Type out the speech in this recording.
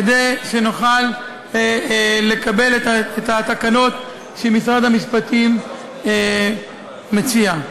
כדי שנוכל לקבל את התקנות שמשרד המשפטים מציע.